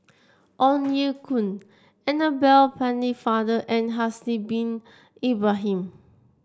Ong Ye Kung Annabel Pennefather and Haslir Bin Ibrahim